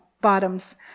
bottoms